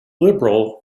liberal